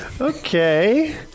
Okay